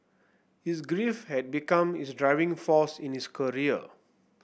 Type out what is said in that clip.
his grief had become his driving force in his career